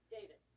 David